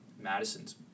Madison's